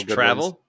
travel